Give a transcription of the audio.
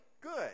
good